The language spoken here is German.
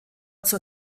zur